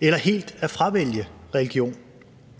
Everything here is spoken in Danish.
eller helt at fravælge religion.